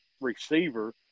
receiver